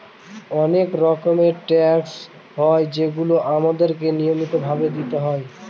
অনেক রকমের ট্যাক্স হয় যেগুলো আমাদেরকে নিয়মিত ভাবে দিতে হয়